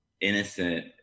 innocent